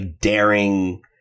daring